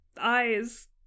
Eyes